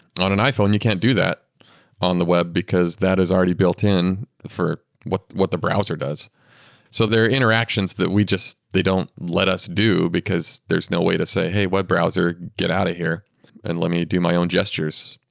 and on an iphone you can't do that on the web, because that is already built in for what what the browser does so there are interactions that we just they don't let us do, because there's no way to say, hey, web browser, get out of here and let me do my own gestures.